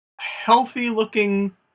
healthy-looking